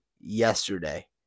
yesterday